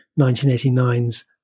1989's